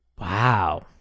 Wow